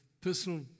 personal